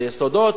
זה יסודות,